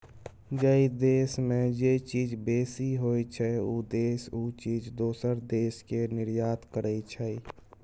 जइ देस में जे चीज बेसी होइ छइ, उ देस उ चीज दोसर देस के निर्यात करइ छइ